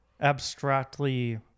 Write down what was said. abstractly